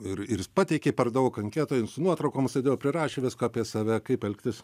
ir ir jis pateikė per daug anketoj su nuotraukom sudėjo prirašė visko apie save kaip elgtis